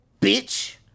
bitch